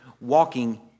Walking